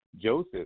Joseph